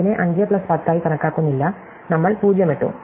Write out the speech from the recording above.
അതിനെ 5 പ്ലസ് 10 ആയി കണക്കാക്കുന്നില്ല നമ്മൾ 0 ഇട്ടു